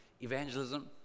evangelism